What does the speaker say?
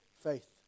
faith